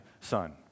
son